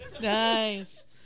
Nice